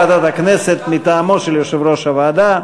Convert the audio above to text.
חבר ועדת הכנסת מטעמו של יושב-ראש הוועדה,